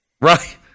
Right